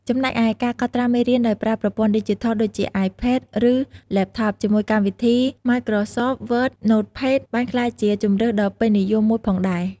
ចំណែកឯ ការកត់ត្រាមេរៀនដោយប្រើប្រព័ន្ធឌីជីថល ដូចជា អាយផេត ឬ ឡេបថប ជាមួយកម្មវិធី ម៉ាយក្រសប វើត ឬ ណូតផេត បានក្លាយជាជម្រើសដ៏ពេញនិយមមួយផងដែរ។